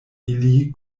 ili